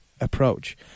approach